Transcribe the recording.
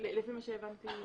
לפי מה שהבנתי,